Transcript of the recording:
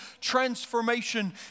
transformation